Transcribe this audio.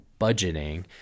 budgeting